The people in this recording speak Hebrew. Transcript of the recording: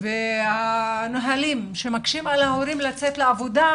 והנהלים שמקשים על ההורים לצאת לעבודה,